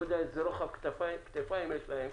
אני לא יודע איזה רוחב כתפיים יש להם.